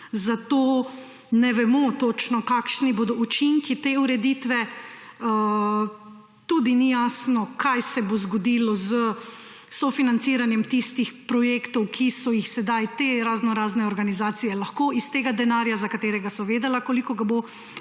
zato ne vemo točno, kakšni bodo učinki te ureditve. Tudi ni jasno, kaj se bo zgodilo s sofinanciranjem tistih projektov, ki so jih sedaj te raznorazne organizacije lahko financirale iz tega denarja, za katerega so vedele, koliko ga bodo